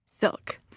Silk